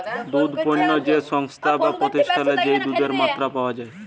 দুধ পণ্য যে সংস্থায় বা প্রতিষ্ঠালে যেই দুধের মাত্রা পাওয়া যাই